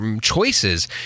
choices